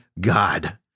God